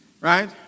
right